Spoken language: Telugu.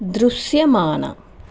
దృశ్యమాన